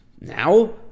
Now